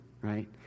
right